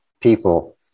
people